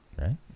Right